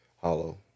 Hollow